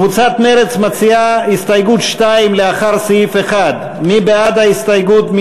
קבוצת מרצ מציעה הסתייגות מס' 2 לאחר סעיף 1. מי בעד ההסתייגות?